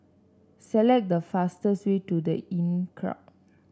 select the fastest way to The Inncrowd